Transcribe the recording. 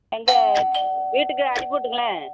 எங்கள் வீட்டுக்கு அனுப்பி விட்ருங்களேன்